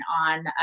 on